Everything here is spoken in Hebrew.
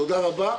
תודה רבה.